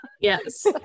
Yes